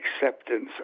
acceptance